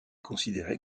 considérée